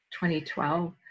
2012